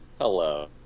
Hello